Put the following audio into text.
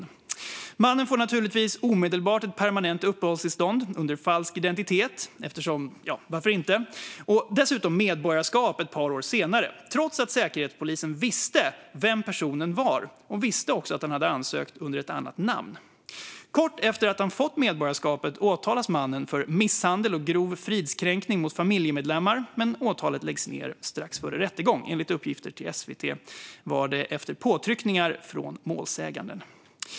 Mannen får naturligtvis omedelbart permanent uppehållstillstånd under falsk identitet, eftersom - ja, varför inte? Dessutom får han medborgarskap ett par år senare, trots att Säkerhetspolisen vet vem personen är och också vet att han ansökt under ett annat namn. Kort efter att han fått medborgarskapet åtalas mannen för misshandel och grov fridskränkning av familjemedlemmar. Strax före rättegång läggs åtalet ned - enligt uppgifter till SVT efter påtryckningar från målsäganden.